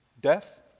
Death